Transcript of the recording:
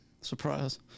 Surprise